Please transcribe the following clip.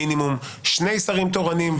מינימום שני שרים תורנים,